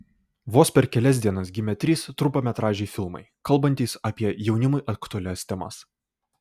vos per kelias dienas gimė trys trumpametražiai filmai kalbantys apie jaunimui aktualias temas